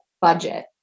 budget